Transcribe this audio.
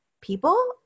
people